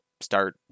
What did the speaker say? start